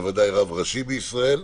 בוודאי רב ראשי בישראל.